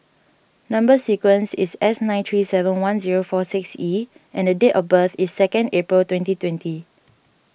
Number Sequence is S nine three seven one zero four six E and date of birth is second April twenty twenty